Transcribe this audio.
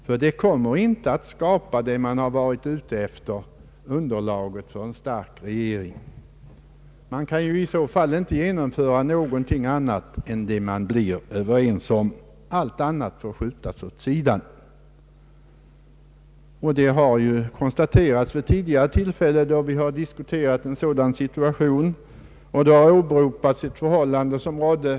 En sådan samverkan skulle bl.a. leda till att man från regeringens sida måste skjuta åt sidan allt det man inte kunde bli överens om med de samarbetande grupperna. Exempel på en sådan situation hade vi under koalitionen mellan bondeförbundet och socialdemokraterna på 1950-talet.